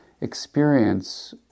experience